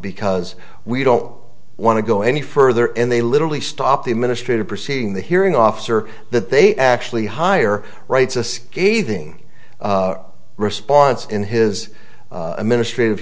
because we don't want to go any further and they literally stop the administrative proceeding the hearing officer that they actually hire writes a scathing response in his ministry of